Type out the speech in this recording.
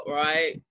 right